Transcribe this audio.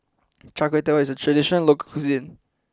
Char Kway Teow is a traditional local cuisine